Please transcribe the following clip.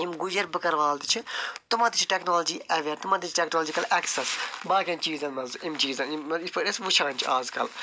یِم گُجَر بٔکٕروال تہِ چھِ تِمَن تہِ چھِ ٹٮ۪کنالجی اٮ۪وِیَر تِمَن تہِ چھِ ٹٮ۪کنالجِکَل اٮ۪کسٮ۪س باقیَن چیٖزن منٛز اَمہِ چیٖزن یِتھ پٲٹھۍ أسۍ وٕچھان چھِ آز کل